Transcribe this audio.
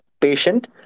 patient